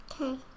Okay